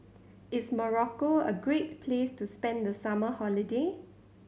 is Morocco a great place to spend the summer holiday